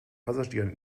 passagieren